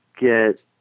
get